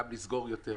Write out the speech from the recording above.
גם לסגור יותר.